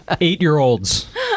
Eight-year-olds